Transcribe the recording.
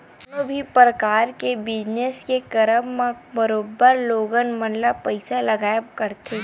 कोनो भी परकार के बिजनस के करब म बरोबर लोगन मन ल पइसा लगबे करथे